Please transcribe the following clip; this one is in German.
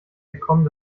gekommen